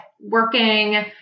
working